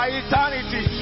eternity